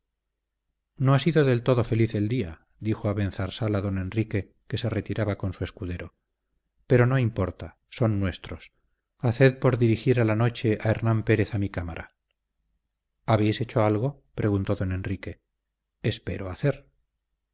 no ha sido del todo feliz el día dijo abenzarsal a don enrique que se retiraba con su escudero pero no importa son nuestros haced por dirigir a la noche a hernán pérez a mi cámara habéis hecho algo preguntó don enrique espero hacer